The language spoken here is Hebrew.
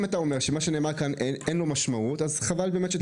אם אתה אומר שאין משמעות למה שנאמר כאן אז חבל שתדבר.